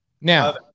Now